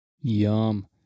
Yum